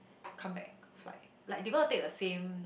come back flight like they gonna take the same